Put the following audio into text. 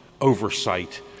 oversight